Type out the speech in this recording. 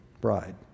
bride